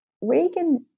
Reagan